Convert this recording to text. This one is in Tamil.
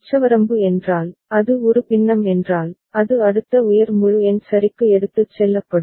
உச்சவரம்பு என்றால் அது ஒரு பின்னம் என்றால் அது அடுத்த உயர் முழு எண் சரிக்கு எடுத்துச் செல்லப்படும்